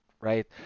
right